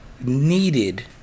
needed